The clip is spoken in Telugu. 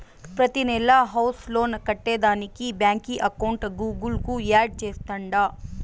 ప్రతినెలా హౌస్ లోన్ కట్టేదానికి బాంకీ అకౌంట్ గూగుల్ కు యాడ్ చేస్తాండా